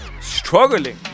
Struggling